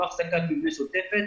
לא החזקת מבנה שוטפת.